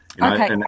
Okay